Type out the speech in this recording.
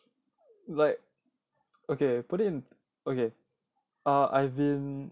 but okay put it in okay err I've been